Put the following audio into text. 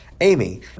Amy